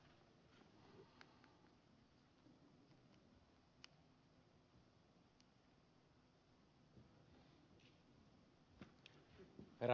arvoisa herra puhemies